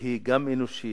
שהיא גם אנושית,